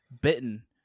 bitten